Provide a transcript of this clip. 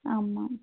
ஆமாம்